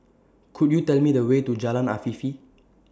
Could YOU Tell Me The Way to Jalan Afifi